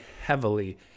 heavily